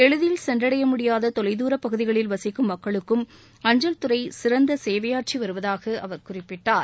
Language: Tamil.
எளிதில் சென்றடைய முடியாத தொலைத்தூர பகுதிகளில் வசிக்கும் மக்களுக்கும் அஞ்சல்துறை சிறந்த சேவையாற்றி வருவதாக அவர் குறிப்பிட்டார்